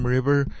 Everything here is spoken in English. River